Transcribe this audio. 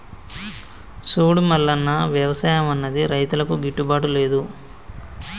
సూడు మల్లన్న, వ్యవసాయం అన్నది రైతులకు గిట్టుబాటు లేదు